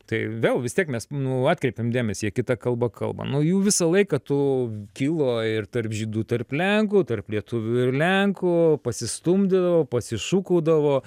tai vėl vis tiek mes nu atkreipiam dėmesį jie kita kalba kalba nu jų visą laiką tu kilo ir tarp žydų tarp lenkų tarp lietuvių ir lenkų pasistumdydavo pasišūkaudavo